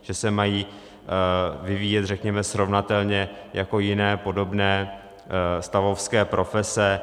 Že se mají vyvíjet, řekněme, srovnatelně, jako jiné stavovské profese.